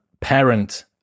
parent